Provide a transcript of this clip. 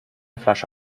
flasche